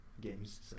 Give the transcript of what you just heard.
games